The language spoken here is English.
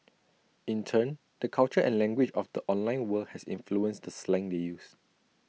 in turn the culture and language of the online world has influenced the slang they use